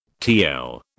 TL